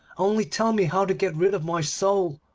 only tell me how to get rid of my soul,